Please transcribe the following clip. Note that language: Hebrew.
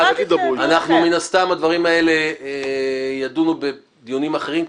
מן הסתם הדברים האלה יידונו בדיונים אחרים,